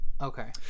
Okay